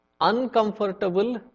uncomfortable